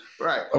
right